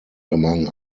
among